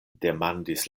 demandis